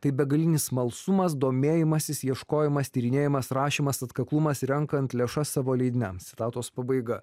tai begalinis smalsumas domėjimasis ieškojimas tyrinėjimas rašymas atkaklumas renkant lėšas savo leidiniams citatos pabaiga